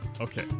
Okay